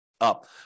up